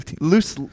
loose